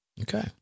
Okay